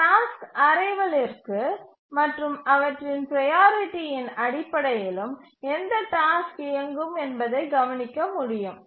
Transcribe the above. task அரைவலிற்கு மற்றும் அவற்றின் ப்ரையாரிட்டியின் அடிப்படையிலும் எந்தப் டாஸ்க் இயங்கும் என்பதைக் கவனிக்க முடியும்